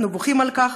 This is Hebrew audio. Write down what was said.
אנחנו בוכים על כך,